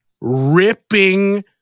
ripping